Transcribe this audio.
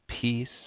peace